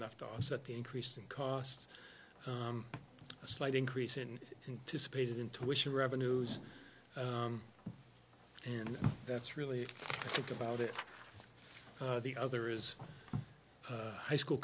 enough to offset the increase in costs a slight increase in dissipated intuition revenues and that's really think about it the other is high school